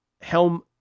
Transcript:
Helm